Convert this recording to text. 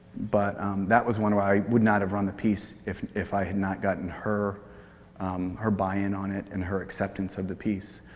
but that was one i would not have run the piece if if i had not gotten her her buy-in on it and her acceptance of the piece.